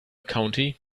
county